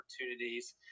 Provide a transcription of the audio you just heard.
opportunities